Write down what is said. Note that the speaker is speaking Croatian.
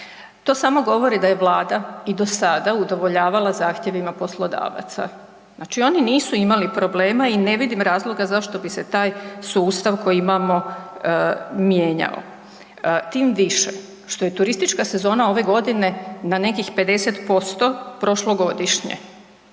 To samo govori da je Vlada i do sada udovoljavala zahtjevima poslodavaca. Znači oni nisu imali problema i ne vidim razloga zašto bi se taj sustav koji imamo mijenjao. Tim više što je turistička sezona ove godine na nekih 50% prošlogodišnje.